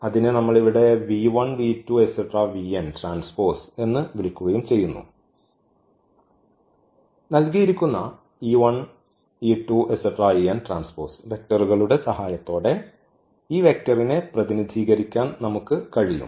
അതിനെ നമ്മൾ ഇവിടെ എന്ന് വിളിക്കുകയും ചെയ്യുന്നു നൽകിയിരിക്കുന്ന വെക്റ്ററുകളുടെ സഹായത്തോടെ ഈ വെക്റ്ററിനെ പ്രതിനിധീകരിക്കാൻ നമുക്ക് കഴിയും